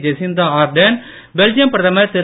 Jesintha Ardern Belgium பிரதமர் திரு